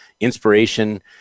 inspiration